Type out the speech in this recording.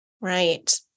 Right